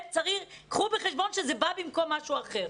קחו בחשבון שזה בא במקום משהו אחר.